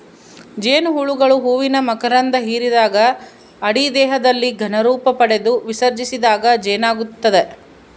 ಜೇನುಹುಳುಗಳು ಹೂವಿನ ಮಕರಂಧ ಹಿರಿದಾಗ ಅಡಿ ದೇಹದಲ್ಲಿ ಘನ ರೂಪಪಡೆದು ವಿಸರ್ಜಿಸಿದಾಗ ಜೇನಾಗ್ತದ